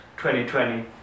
2020